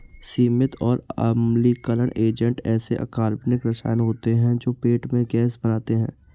सीमित और अम्लीकरण एजेंट ऐसे अकार्बनिक रसायन होते हैं जो पेट में गैस बनाते हैं